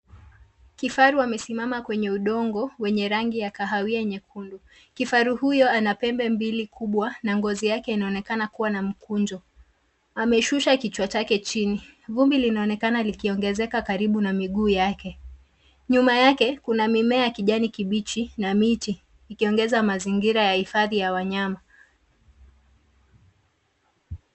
Kifaru amesimama kwenye udongo wenye rangi ya kahawia nyekundu. Kifaru huyo ana pembe mbili kubwa na ngozi yake inaonekana kuwa na mkunjo. Ameshusha kichwa chake chini. Vumbi linaonekana likiongezeka karibu na miguu yake. Nyuma yake kuna mimea ya kijani kibichi na miti, ikiongeza mazingira ya hifadhi ya wanyama.